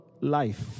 life